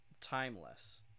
timeless